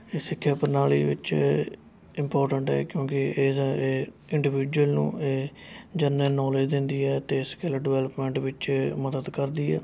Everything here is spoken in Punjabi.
ਅਤੇ ਸਿੱਖਿਆ ਪ੍ਰਣਾਲੀ ਵਿੱਚ ਇੰਪੋਰਟੈਂਟ ਹੈ ਕਿਉਂਕਿ ਇਸ ਏ ਇੰਡੀਵਿਜੁਅਲ ਨੂੰ ਇਹ ਜਨਰਲ ਨੋਲਜ ਦਿੰਦੀ ਹੈ ਅਤੇ ਸਕਿੱਲ ਡਿਵੈਲਪਮੈਂਟ ਵਿੱਚ ਮਦਦ ਕਰਦੀ ਹੈ